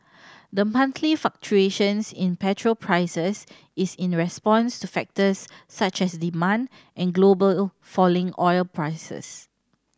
the monthly fluctuations in petrol prices is in response to factors such as demand and global falling oil prices